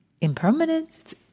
impermanent